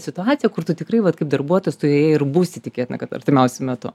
situaciją kur tu tikrai vat kaip darbuotojas tu joje ir būsi tikėtina kad artimiausiu metu